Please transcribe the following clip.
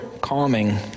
calming